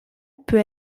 peut